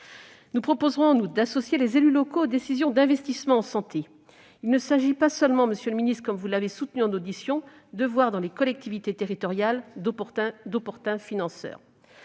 Nous proposerons, en outre, d'associer les élus locaux aux décisions d'investissement en santé. Il ne s'agit pas seulement, monsieur le ministre, comme vous l'avez soutenu lors de votre audition, de considérer les collectivités territoriales comme d'opportuns financeurs